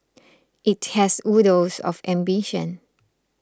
it has oodles of ambition